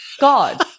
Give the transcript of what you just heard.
God